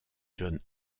john